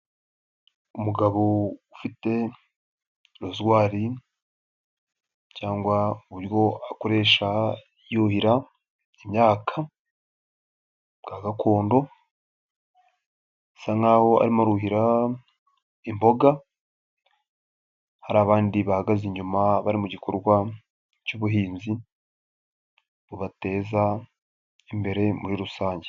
Umugabo ufite roswari cyangwa uburyo akoresha yuhira imyaka bwa gakondo, asa nk'aho arimo aruhira imboga hari abandi bahagaze inyuma bari mu gikorwa cy'ubuhinzi bubateza imbere muri rusange.